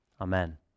Amen